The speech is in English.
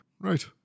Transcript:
Right